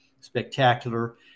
spectacular